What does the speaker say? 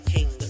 King